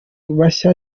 bashya